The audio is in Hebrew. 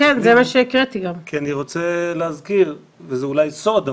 כי אני רוצה להזכיר זה אולי סוד,